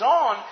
on